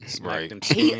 Right